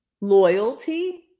loyalty